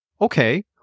Okay